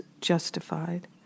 justified